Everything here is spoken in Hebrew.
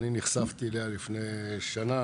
אני נחשפתי אליה לפני שנה